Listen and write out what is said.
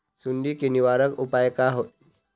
सुंडी के निवारक उपाय का होए?